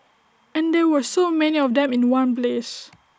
and there were so many of them in one place